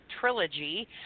trilogy